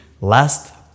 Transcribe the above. Last